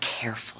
careful